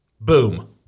Boom